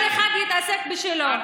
כל אחד יתעסק בשלו.